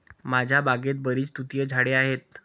माझ्या बागेत बरीच तुतीची झाडे आहेत